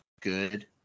good